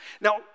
Now